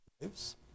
lives